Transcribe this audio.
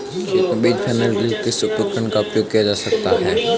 खेत में बीज फैलाने के लिए किस उपकरण का उपयोग किया जा सकता है?